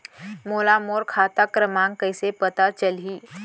मोला मोर खाता क्रमाँक कइसे पता चलही?